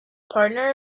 partner